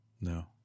No